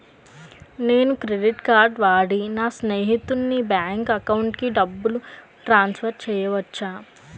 నేను credit card వాడి నా స్నేహితుని బ్యాంక్ అకౌంట్ కి డబ్బును ట్రాన్సఫర్ చేయచ్చా?